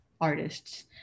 artists